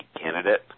candidate